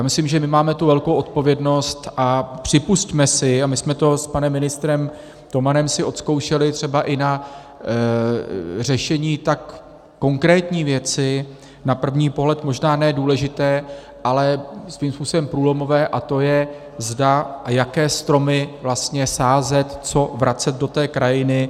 Myslím, že máme tu velkou odpovědnost, a připusťme si, a my jsme si to s panem ministrem Tomanem odzkoušeli třeba i na řešení tak konkrétní věci, na první pohled možná ne důležité, ale svým způsobem průlomové, a to je, zda a jaké stromy vlastně sázet, co vracet do krajiny.